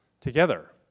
together